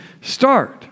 start